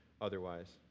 otherwise